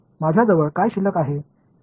माझ्याजवळ काय शिल्लक आहे